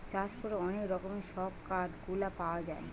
চাষ করে অনেক রকমের সব কাঠ গুলা পাওয়া যায়